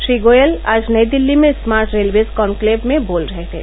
श्री गोयल आज नई दिल्ली में smart railways conclave में बोल रहे थे